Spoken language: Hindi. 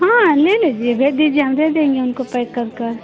हँ ले लिजीए भेज दीजिए हम दे देंगे उनको पेक कर कर